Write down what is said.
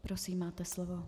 Prosím, máte slovo.